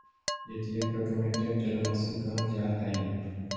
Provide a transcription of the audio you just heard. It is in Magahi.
ए.टी.एम के ऑटोमेटेड टेलर मशीन कहल जा हइ